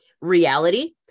reality